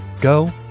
Go